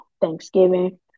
thanksgiving